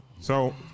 So-